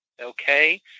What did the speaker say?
okay